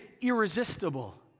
irresistible